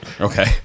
Okay